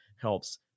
helps